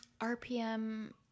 RPM